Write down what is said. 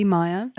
Maya